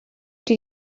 rydw